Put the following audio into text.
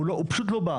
הוא פשוט לא בא.